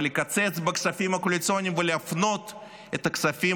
לקצץ בכספים הקואליציוניים ולהפנות את הכספים